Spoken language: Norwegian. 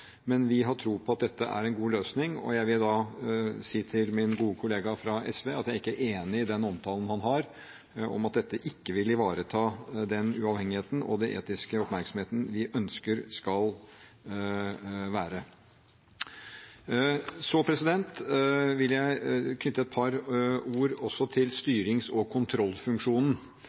Men vi har tro på at dette er en god løsning, og jeg vil da si til min gode kollega fra SV at jeg ikke er enig i den omtalen han har av at dette ikke vil ivareta den uavhengigheten og den etiske oppmerksomheten vi ønsker det skal være. Så vil jeg knytte et par ord også til styrings- og kontrollfunksjonen,